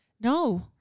No